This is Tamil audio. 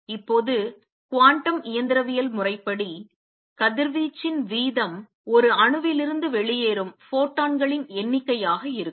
இப்போது குவாண்டம் இயந்திரவியல் முறைப்படி கதிர்வீச்சின் வீதம் ஒரு அணுவிலிருந்து வெளியேறும் ஃபோட்டான்களின் எண்ணிக்கையாக இருக்கும்